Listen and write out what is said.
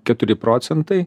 keturi procentai